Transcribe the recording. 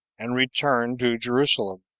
and returned to jerusalem,